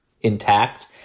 intact